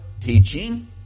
teaching